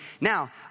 Now